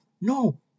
No